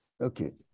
okay